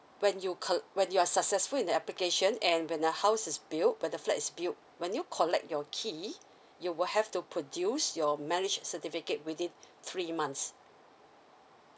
when you col~ when you are successful in the application and when the house is built when the flat is built when you collect your key you will have to produce your marriage certificate within three months